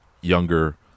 younger